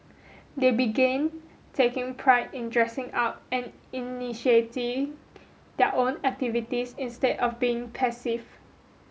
they began taking pride in dressing up and initiating their own activities instead of being passive